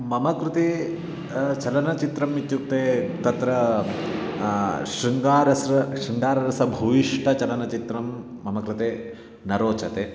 मम कृते चलनचित्रम् इत्युक्ते तत्र शृङ्गाररसं शृङ्गाररसभूयिष्टचलनचित्रं मम कृते न रोचते